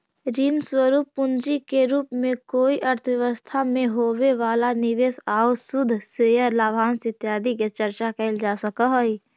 ऋण स्वरूप पूंजी के रूप में कोई अर्थव्यवस्था में होवे वाला निवेश आउ शुद्ध शेयर लाभांश इत्यादि के चर्चा कैल जा सकऽ हई